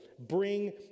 bring